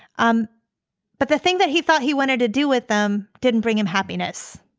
um but the thing that he thought he wanted to do with them didn't bring him happiness.